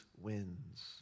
wins